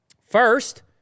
First